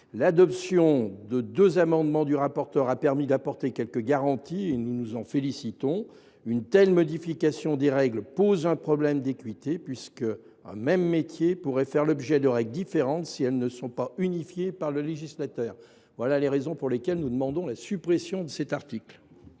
L’adoption de deux amendements du rapporteur a permis d’apporter quelques garanties en ce domaine, et nous nous en félicitons. Une telle modification des règles pose néanmoins un problème d’équité : un même métier pourrait faire l’objet de règles différentes, à défaut d’unification par le législateur. Voilà les raisons pour lesquelles nous demandons la suppression de cet article.